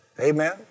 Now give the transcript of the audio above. Amen